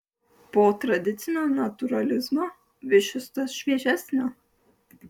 po tradicinio natūralizmo vis šis tas šviežesnio